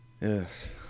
yes